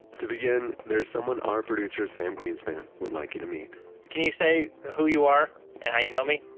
to begin, there's someone our producer, sam greenspan, would like you to meet can you you say who you are and how you know me?